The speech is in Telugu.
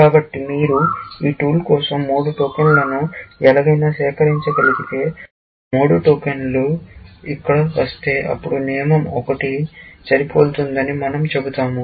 కాబట్టి మీరు ఈ టూల్ కోసం మూడు టోకెన్లను ఎలాగైనా సేకరించగలిగితే మరియు మూడు టోకెన్లు ఇక్కడకు వస్తే అప్పుడు నియమం 1 సరిపోలుతుందని మనం చెబుతాము